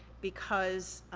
because.